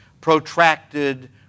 protracted